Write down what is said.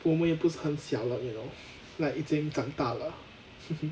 我们也不是很小了 you know like 已经长大了